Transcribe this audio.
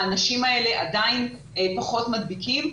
האנשים האלה עדיין פחות מדביקים.